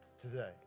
today